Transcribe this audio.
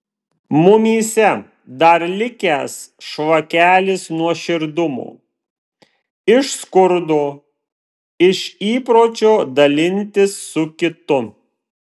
mumyse dar likęs šlakelis nuoširdumo iš skurdo iš įpročio dalintis su kitu